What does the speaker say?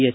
S